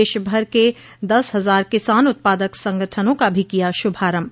देशभर के दस हजार किसान उत्पादक संगठनों का भी किया शुभारम्भ